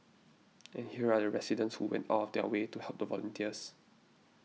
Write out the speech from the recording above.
and here are the residents who went out of their way to help the volunteers